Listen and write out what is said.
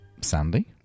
sandy